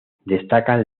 destacan